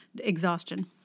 exhaustion